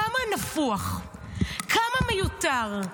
כמה נפוח, כמה מיותר.